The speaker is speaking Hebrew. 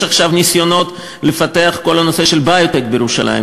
יש עכשיו ניסיונות לפתח את כל הנושא של ביו-טק בירושלים,